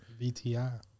VTI